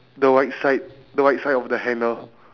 the right side the right side of the hanger